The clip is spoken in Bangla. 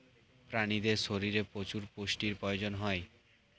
প্রাণীদের শরীরে প্রচুর পুষ্টির প্রয়োজন হয়